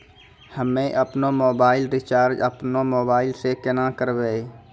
हम्मे आपनौ mobile recharge आपनौ मोबाइल से केना करवै?